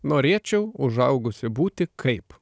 norėčiau užaugusi būti kaip